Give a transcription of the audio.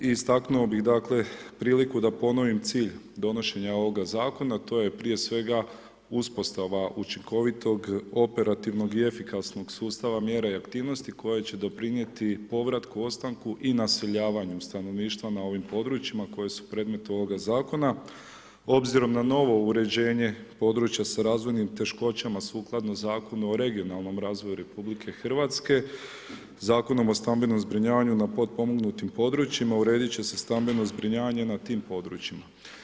Istaknuo bih, dakle, priliku da ponovim cilj donošenja ovoga Zakona, to je prije svega, uspostava učinkovitog, operativnog i efikasnog sustava mjere i aktivnosti koja će doprinijeti povratku, ostanku i naseljavanju stanovništva na ovim područjima koje su predmet ovoga Zakona obzirom na novo uređenje područja s razvojnim teškoćama sukladno Zakonu o regionalnom razvoju RH, Zakonom o stambenom zbrinjavanju na potpomognutim područjima urediti će se stambeno zbrinjavanje na tim područjima.